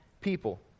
people